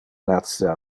nasce